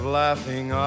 laughing